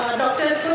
doctors